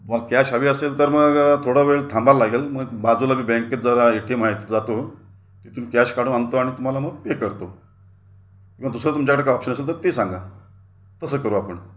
तुम्हाला कॅश हवी असेल तर मग थोडा वेळ थांबायला लागेल मग बाजूला मी बँकेत जरा ए टी एम आहे तिथं जातो तिथून कॅश काढून आणतो आणि तुम्हाला मग पे करतो किंवा दुसरा तुमच्याकडं काय ऑपशन असलं तर ते सांगा तसं करू आपण